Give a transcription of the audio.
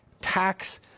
tax